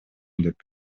деп